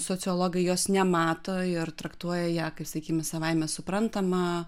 sociologai jos nemato ir traktuoja ją kaip sakykime savaime suprantamą